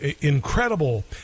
incredible